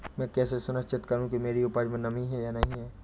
मैं कैसे सुनिश्चित करूँ कि मेरी उपज में नमी है या नहीं है?